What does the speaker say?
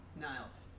Niles